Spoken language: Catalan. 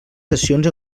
sessions